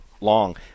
long